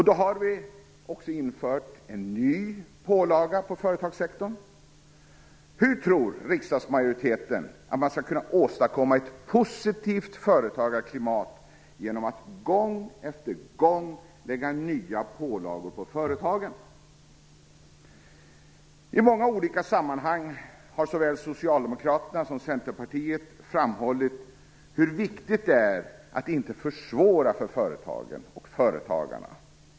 Då har vi också infört en ny pålaga på företagssektorn. Hur tror riksdagsmajoriteten att man skall kunna åstadkomma ett positivt företagarklimat genom att gång efter gång lägga nya pålagor på företagen? I många olika sammanhang har såväl Socialdemokraterna som Centerpartiet framhållit hur viktigt det är att inte försvåra för företagen och företagarna.